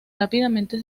rápidamente